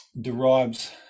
derives